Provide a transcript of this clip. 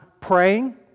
praying